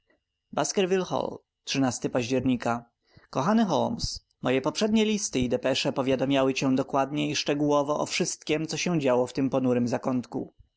moja pamięć baskerville hall października kochany holmes moje poprzednie listy i depesze powiadamiały cię dokładnie i szczegółowo o wszystkiem co się działo w tym ponurym zakątku